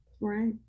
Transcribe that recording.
Right